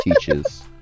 teaches